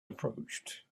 approached